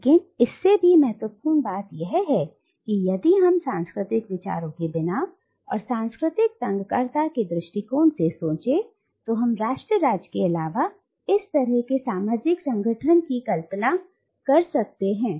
लेकिन इससे भी महत्वपूर्ण बात यह है कि यदि हम सांस्कृतिक विचारों के बिना और सांस्कृतिक तंग करता के दृष्टिकोण से सोचें तो हम राष्ट्र राज्य के अलावा इस तरह के सामाजिक संगठन की कल्पना कर सकते हैं